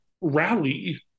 rally